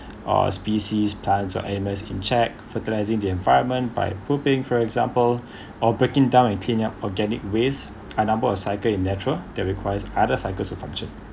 all species plants or animals in check fertilizing the environment by pooping for example or breaking down and clean up organic waste a number of cycle in natural that requires other cycle to function